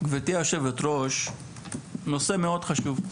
גברתי היושבת-ראש, נושא מאוד חשוב,